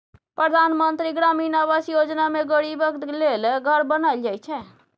परधान मन्त्री ग्रामीण आबास योजना मे गरीबक लेल घर बनाएल जाइ छै